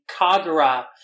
Kagura